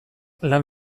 lan